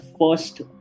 first